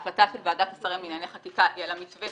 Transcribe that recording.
החלטת ועדת השרים לענייני חקיקה היא על המתווה